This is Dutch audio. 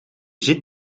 ziet